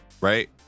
right